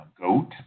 Goat